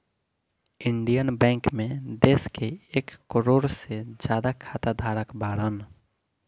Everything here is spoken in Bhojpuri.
इण्डिअन बैंक मे देश के एक करोड़ से ज्यादा खाता धारक बाड़न